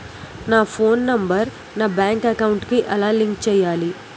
నా phone number నా bank account కి ఎలా లింక్ చేయాలి?